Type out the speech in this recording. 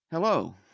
Hello